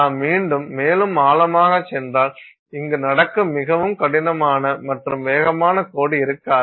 நாம் மீண்டும் மேலும் ஆழமாகச் சென்றால் இங்கு நடக்கும் மிகவும் கடினமான மற்றும் வேகமான கோடு இருக்காது